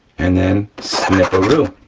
and then sniparoo,